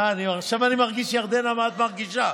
עכשיו אני מרגיש, ירדנה, מה את מרגישה.